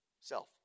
Self